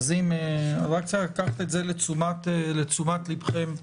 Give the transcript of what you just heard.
קחו את זה לתשומת לבכם,